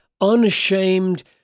unashamed